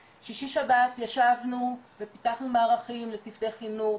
בשישי ושבת ישבנו ופתחנו מערכים לצוותי חינוך,